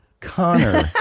Connor